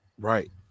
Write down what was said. Right